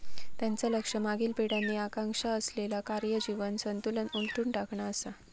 त्यांचा लक्ष मागील पिढ्यांनी आकांक्षा असलेला कार्य जीवन संतुलन उलथून टाकणा असा